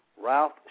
Ralph